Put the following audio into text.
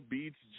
Beach